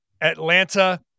Atlanta